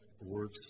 works